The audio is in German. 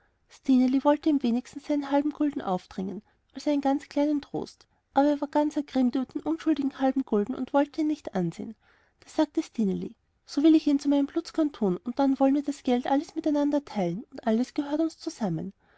wollte ihm wenigstens seinen halben gulden aufdringen als einen ganz kleinen trost aber er war ganz ergrimmt über den unschuldigen halben gulden und wollte ihn nicht ansehen da sagte stineli so will ich ihn zu meinen blutzgern tun und dann wollen wir das geld alles miteinander teilen und alles gehört uns zusammen